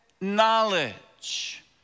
knowledge